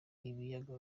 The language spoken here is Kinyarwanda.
ibiyaga